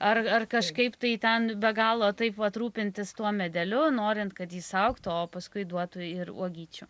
ar ar kažkaip tai ten be galo taip vat rūpintis tuo medeliu norint kad jis augtų o paskui duotų ir uogyčių